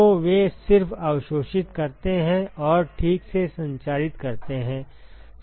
तो वे सिर्फ अवशोषित करते हैं और ठीक से संचारित करते हैं